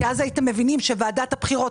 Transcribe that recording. כי אז הייתם מבינים שוועדת הבחירות,